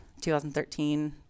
2013